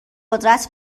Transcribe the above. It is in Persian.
قدرت